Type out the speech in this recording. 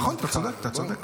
נכון, אתה צודק, אתה צודק.